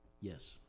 yes